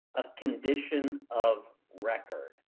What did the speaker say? a condition of record.